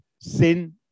sin